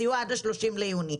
סיוע עד 30 ביוני.